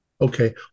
Okay